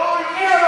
יש עם אחד